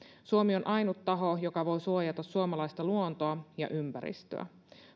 suomi on ainut taho joka voi suojata suomalaista luontoa ja ympäristöä